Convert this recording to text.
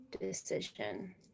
decision